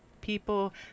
People